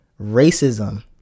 Racism